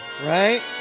Right